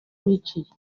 biciye